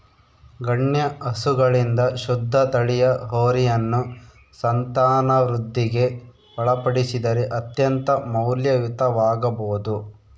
ಗಣ್ಯ ಹಸುಗಳಿಂದ ಶುದ್ಧ ತಳಿಯ ಹೋರಿಯನ್ನು ಸಂತಾನವೃದ್ಧಿಗೆ ಒಳಪಡಿಸಿದರೆ ಅತ್ಯಂತ ಮೌಲ್ಯಯುತವಾಗಬೊದು